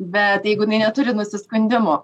bet jeigu jinai neturi nusiskundimų